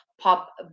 pop